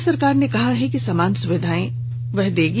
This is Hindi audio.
राज्य सरकार ने कहा है कि समान सुविधाएं देगी